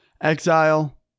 Exile